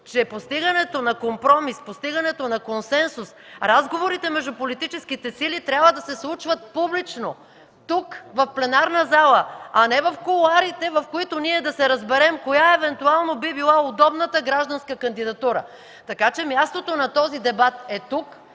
че постигането на компромис, постигането на консенсус, разговорите между политическите сили трябва да се случват публично в пленарната зала, а не в кулоарите, в които ние да се разберем коя евентуално би била удобната гражданска кандидатура. Така че мястото на този дебат е тук,